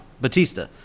Batista